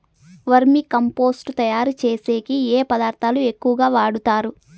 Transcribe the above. వర్మి compost తయారుచేసేకి ఏ పదార్థాలు ఎక్కువగా వాడుతారు